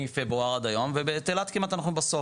מפברואר עד היום ואת אילת אנחנו כמעט בסוף.